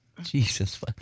Jesus